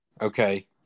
Okay